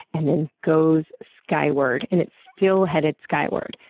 and then goes skyward, and it's still headed skyward.